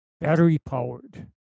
battery-powered